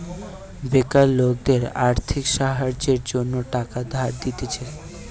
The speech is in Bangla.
বেকার লোকদের আর্থিক সাহায্যের জন্য টাকা ধার দিতেছে